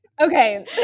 Okay